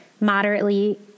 moderately